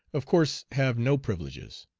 of course have no privileges.